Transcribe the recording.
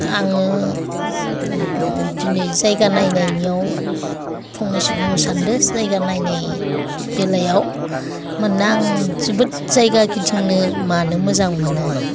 आङो दिनै जायगा नायनायनियाव फंनैसो बुंनो सानदों जायगा नायनाय बेलायाव मानोना आं जोबोद जायगा गिदिंनो मानो मोजां मोनो